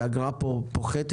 והאגרה פה פוחתת,